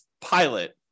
pilot